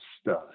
stud